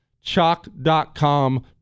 Chalk.com